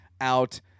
out